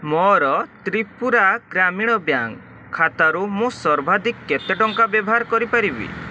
ମୋର ତ୍ରିପୁରା ଗ୍ରାମୀଣ ବ୍ୟାଙ୍କ୍ ଖାତାରୁ ମୁଁ ସର୍ବାଧିକ କେତେ ଟଙ୍କା ବ୍ୟବହାର କରିପାରିବି